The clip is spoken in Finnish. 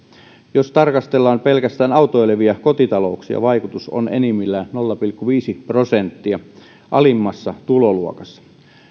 jos tarkastellaan pelkästään autoilevia kotitalouksia vaikutus on enimmillään nolla pilkku viisi prosenttia alimmassa tuloluokassa